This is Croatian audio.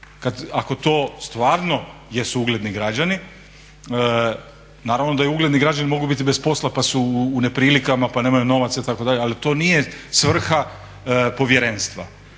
ako to stvarno jesu ugledni građani, naravno da ugledni građani mogu biti bez posla pa su u neprilikama pa nemaju novaca itd. Ali to nije svrha povjerenstva.